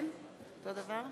תודה רבה,